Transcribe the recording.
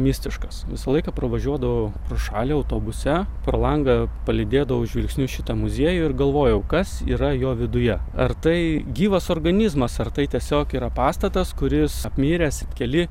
mistiškas visą laiką pravažiuodavau pro šalį autobuse pro langą palydėdavau žvilgsniu šitą muziejų ir galvojau kas yra jo viduje ar tai gyvas organizmas ar tai tiesiog yra pastatas kuris apmiręs keli